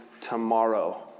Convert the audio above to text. Tomorrow